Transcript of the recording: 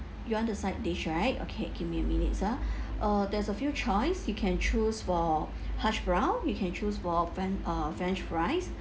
you want the side dish right okay give me a minute sir uh there's a few choice you can choose for hash brown you can choose for fren~ uh french fries